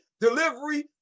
delivery